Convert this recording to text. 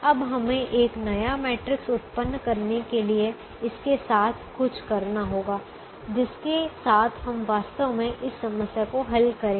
अब हमें एक नया मैट्रिक्स उत्पन्न करने के लिए इसके साथ कुछ करना होगा जिसके साथ हम वास्तव में इस समस्या को हल करेंगे